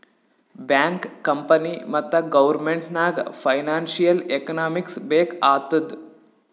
bank, company ಮತ್ತ government ನಾಗ್ financial economics ಬೇಕ್ ಆತ್ತುದ್